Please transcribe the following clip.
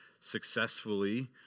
successfully